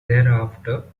thereafter